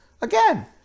again